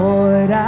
Lord